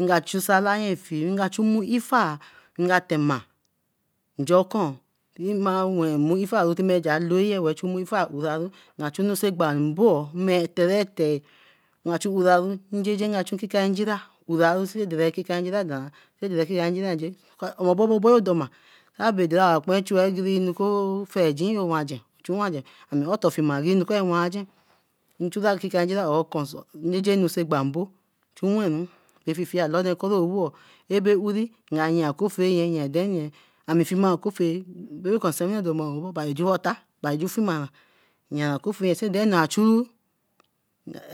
Nka chu salaye fie, nka chu mmu ifaā nka tema nja okun mma wen mu ifa time ja looye weeh chu mmu ifa oraru, achu enu sai egba mboō mer terete, nga chu eraru, nga chu nkika njira oraru eh nkipka njira doan eh nkika njira nje omomabo aboyo doma. Abe dere oka kpare chu a nu akoo feigin yo wangen, chu wangen, Ame otofianuko wangen, nchu chura nkira njira or okun nejenu sai egba mbo chu wenru ififia alode kerewoo. Abe uri, yea koffea yen yea aden yen, in fima okoffea breko nsewino ba da bra kifimara, yia okoffea ko denu achuru